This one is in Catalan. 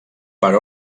per